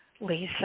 Lisa